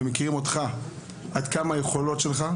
ומכירים אותך עד כמה היכולות שלך,